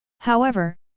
however,